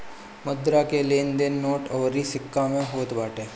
मुद्रा के लेन देन नोट अउरी सिक्का में होत बाटे